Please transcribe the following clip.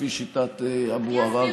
לפי שיטת אבו עראר,